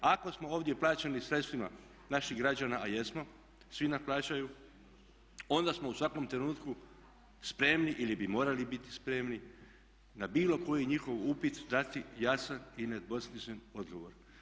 Ako smo ovdje plaćeni sredstvima naših građana a jesmo, svi nam plaćaju onda smo u svakom trenutku spremni ili bi morali biti spremni na bilo koji njihov upit dati jasan i nedvosmislen odgovor.